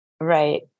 Right